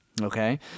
Okay